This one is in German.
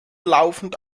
laufend